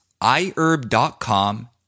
iHerb.com